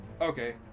Okay